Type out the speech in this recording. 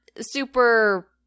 super